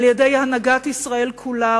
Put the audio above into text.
על-ידי הנהגת ישראל כולה,